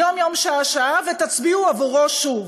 יום-יום, שעה-שעה, ותצביעו עבורו שוב.